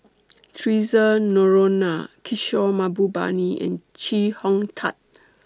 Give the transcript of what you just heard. Theresa Noronha Kishore Mahbubani and Chee Hong Tat